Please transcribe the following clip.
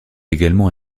également